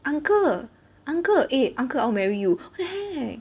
uncle uncle eh uncle I want marry you what the heck